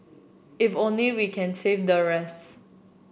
if only we can save the rest